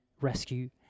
rescue